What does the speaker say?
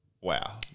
wow